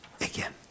again